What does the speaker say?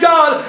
God